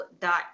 dot